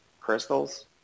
crystals